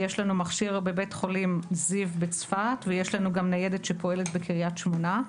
יש לנו מכשיר בבית חולים זיו בצפת ויש לנו גם ניידת שפועלת בקרית שמונה.